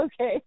okay